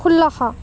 ষোল্লশ